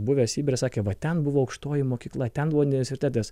buvęs sibire sakė va ten buvo aukštoji mokykla ten buvo universitetas